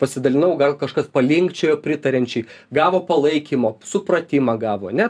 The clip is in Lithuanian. pasidalinau gal kažkas palinkčiojo pritariančiai gavo palaikymo supratimą gavo ne